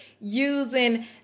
using